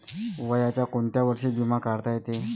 वयाच्या कोंत्या वर्षी बिमा काढता येते?